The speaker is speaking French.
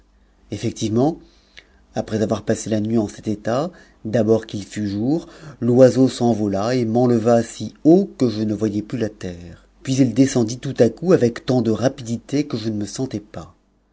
effectivement âpres avo passé la nuit en cet état d'abord qu'il fut jour l'oiseau s'envola et m'en si haut que je ne voyais plus la terre puis il descendit tout à coup a tant de rapidité que je ne me sentais pas